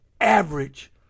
average